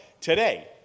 today